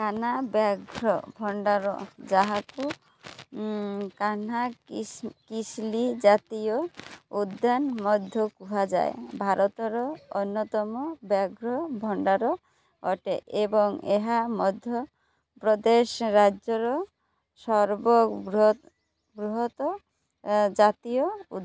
କାହ୍ନା ବ୍ୟାଘ୍ର ଭଣ୍ଡାର ଯାହାକୁ କାହ୍ନା କିସ୍ଲି ଜାତୀୟ ଉଦ୍ୟାନ ମଧ୍ୟ କୁହାଯାଏ ଭାରତର ଅନ୍ୟତମ ବ୍ୟାଘ୍ର ଭଣ୍ଡାର ଅଟେ ଏବଂ ଏହା ମଧ୍ୟପ୍ରଦେଶ ରାଜ୍ୟର ସର୍ବବୃହତ ବୃହତ ଜାତୀୟ ଉଦ୍ୟାନ